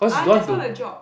I just want a job